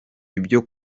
ibyo